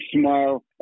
smile